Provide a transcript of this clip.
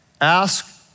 Ask